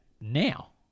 now